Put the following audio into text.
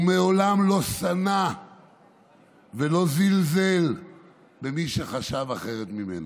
הוא מעולם לא שנא ולא זלזל במי שחשב אחרת ממנו.